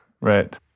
right